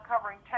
covering